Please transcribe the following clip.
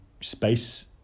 space